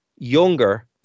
younger